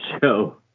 show